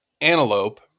antelope